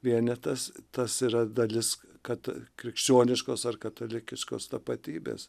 vienetas tas yra dalis kad krikščioniškos ar katalikiškos tapatybės